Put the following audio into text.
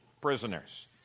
prisoners